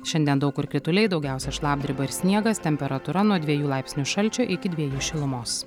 šiandien daug kur krituliai daugiausiai šlapdriba ir sniegas temperatūra nuo dvejų laipsnių šalčio iki dvejų šilumos